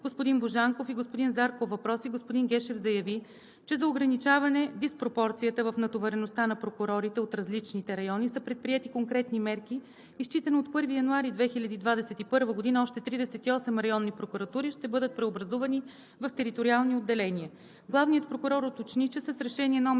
господин Божанков и господин Зарков въпроси господин Гешев заяви, че за ограничаване диспропорцията в натовареността на прокурорите от различните райони са предприети конкретни мерки и считано от 1 януари 2021 г. още 38 районни прокуратури ще бъдат преобразувани в териториални отделения. Главният прокурор уточни, че с Решение № 6